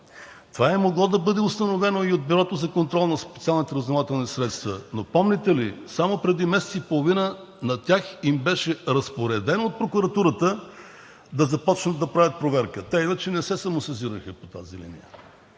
Това е могло да бъде установено и от Бюрото за контрол на специалните разузнавателни средства, но помните ли, само преди месец и половина на тях им беше разпоредено от прокуратурата да започнат да правят проверка. Те иначе не се самосезираха по тази линия